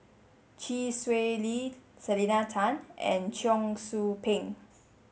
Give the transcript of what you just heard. Chee Swee Lee Selena Tan and Cheong Soo Pieng